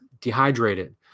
dehydrated